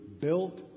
built